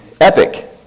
epic